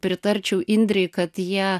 pritarčiau indrei kad jie